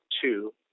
two